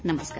नमस्कार